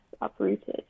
uprooted